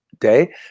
Day